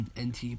NT